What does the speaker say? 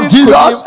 Jesus